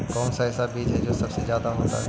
कौन सा ऐसा बीज है जो सबसे ज्यादा होता है?